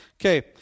Okay